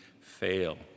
fail